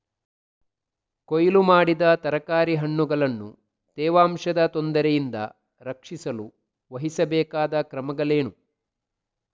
ಕೊಯ್ಲು ಮಾಡಿದ ತರಕಾರಿ ಹಣ್ಣುಗಳನ್ನು ತೇವಾಂಶದ ತೊಂದರೆಯಿಂದ ರಕ್ಷಿಸಲು ವಹಿಸಬೇಕಾದ ಕ್ರಮಗಳೇನು?